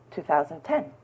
2010